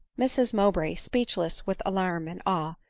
mrs mowbray, speechless with alarm and awe,